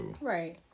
right